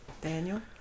Daniel